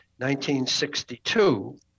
1962